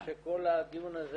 אני מניח שכל הדיון הזה,